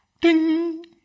Ding